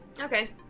Okay